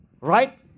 right